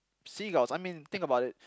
seagulls I mean think about it